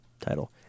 title